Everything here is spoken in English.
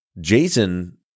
Jason